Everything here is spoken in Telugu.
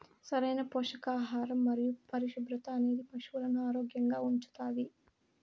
సరైన పోషకాహారం మరియు పరిశుభ్రత అనేది పశువులను ఆరోగ్యంగా ఉంచుతాది